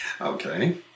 Okay